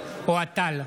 אוהד טל,